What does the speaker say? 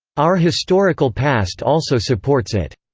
our historical past also supports it.